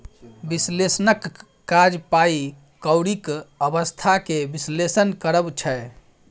बिश्लेषकक काज पाइ कौरीक अबस्था केँ बिश्लेषण करब छै